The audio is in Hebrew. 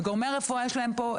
וגורמי הרפואה פה,